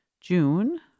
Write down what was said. June